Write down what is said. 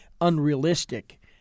unrealistic